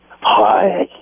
Hi